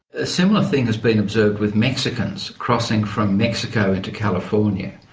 a similar thing has been observed with mexicans crossing from mexico into california.